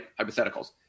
hypotheticals